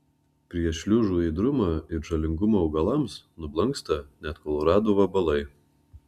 prieš šliužų ėdrumą ir žalingumą augalams nublanksta net kolorado vabalai